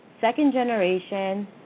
second-generation